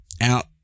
out